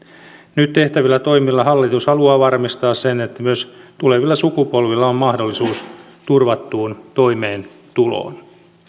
nyt tehtävillä toimilla hallitus haluaa varmistaa sen että myös tulevilla sukupolvilla on mahdollisuus turvattuun toimeentuloon